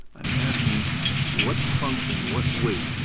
i'm asking what function, what weight,